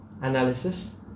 analysis